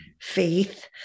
faith